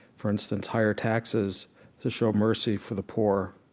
for instance, higher taxes to show mercy for the poor,